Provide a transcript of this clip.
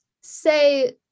say